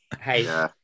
Hey